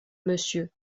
monsieur